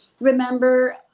remember